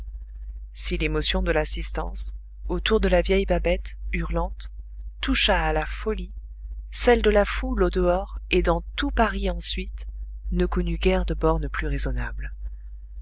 si l'émotion de l'assistance autour de la vieille babette hurlante toucha à la folie celle de la foule au-dehors et dans tout paris ensuite ne connut guère de bornes plus raisonnables